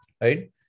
right